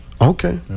Okay